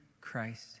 Christ